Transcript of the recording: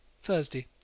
Thursday